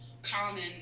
Common